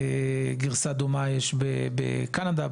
גרסה דומה יש בקנדה,